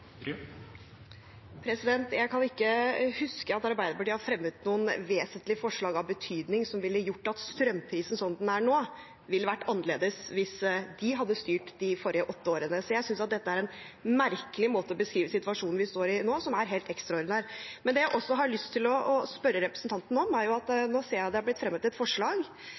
Jeg kan ikke huske at Arbeiderpartiet har fremmet noen forslag av betydning som ville gjort at strømprisen slik den er nå, ville vært annerledes hvis de hadde styrt de foregående åtte årene. Så jeg synes at dette er en merkelig måte å beskrive situasjonen vi står i nå, som er helt ekstraordinær, på. Det jeg også har lyst til å spørre representanten om, er et forslag som nå er fremmet. Vi vet at Arbeiderpartiets linje alltid er